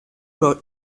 wrote